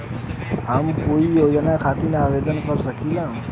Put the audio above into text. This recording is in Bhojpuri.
हम कोई योजना खातिर आवेदन कर सकीला?